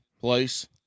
place